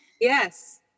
Yes